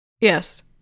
Yes